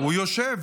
הוא יושב.